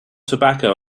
tobacco